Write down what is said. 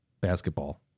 basketball